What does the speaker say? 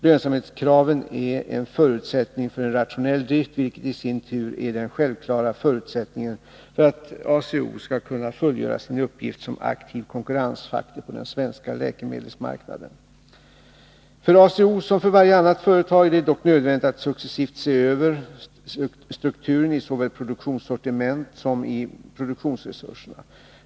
Lönsamhetskraven är en förutsättning för en rationell drift, vilket i sin tur är den självklara förutsättningen för att ACO skall kunna fullgöra sin uppgift som aktiv konkurrensfaktor på den svenska läkemedelsmarknaden. För ACO, som för varje annat företag, är det dock nödvändigt att successivt se över strukturen såväl i produktsortimentet som i produktionsresurserna.